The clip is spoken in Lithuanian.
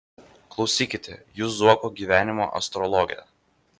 klausykite jūs zuoko gyvenimo astrologe